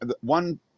one